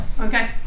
okay